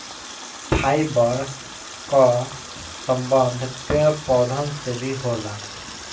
fibre कअ संबंध पेड़ पौधन से भी होला